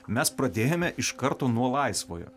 mes pradėjome iš karto nuo laisvojo